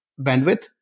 bandwidth